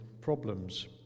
problems